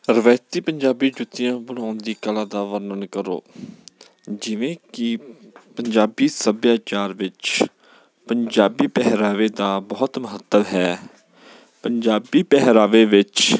ਰਵਾਇਤੀ ਪੰਜਾਬੀ ਜੁੱਤੀਆਂ ਬਣਾਉਣ ਦੀ ਕਲਾ ਦਾ ਵਰਣਨ ਕਰੋ ਜਿਵੇਂ ਕਿ ਪੰਜਾਬੀ ਸੱਭਿਆਚਾਰ ਵਿੱਚ ਪੰਜਾਬੀ ਪਹਿਰਾਵੇ ਦਾ ਬਹੁਤ ਮਹੱਤਵ ਹੈ ਪੰਜਾਬੀ ਪਹਿਰਾਵੇ ਵਿੱਚ